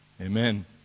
amen